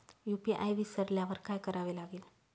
UPI विसरल्यावर काय करावे लागेल?